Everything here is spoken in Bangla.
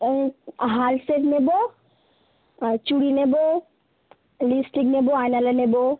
ওই হার সেট নেবো আর চুড়ি নেবো লিপস্টিক নেবো আইলাইনার নেবো